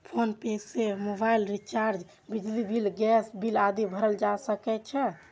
PhonePe सं mobile recharge, बिजली bill, gas bill आदि भरल जा सकै छै